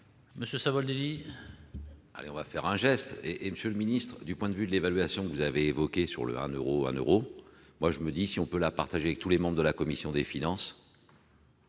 Monsieur Savoldelli,